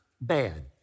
bad